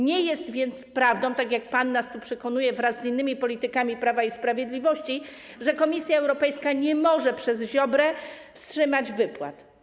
Nie jest więc prawdą, tak jak pan nas tu przekonuje wraz z innymi politykami Prawa i Sprawiedliwości, że Komisja Europejska nie może przez Ziobrę wstrzymać wypłat.